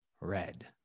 Red